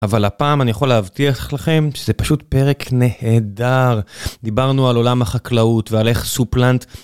אבל הפעם אני יכול להבטיח לכם שזה פשוט פרק נהדר. דיברנו על עולם החקלאות ועל איך סופלנט...